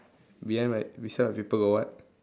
behind my beside my paper got what